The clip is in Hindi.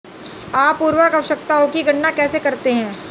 आप उर्वरक आवश्यकताओं की गणना कैसे करते हैं?